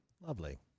Lovely